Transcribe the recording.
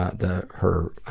ah the, her,